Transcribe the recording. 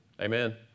Amen